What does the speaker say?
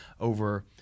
over